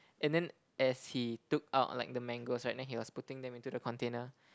and then as he took out like the mangoes right then he was putting them into the container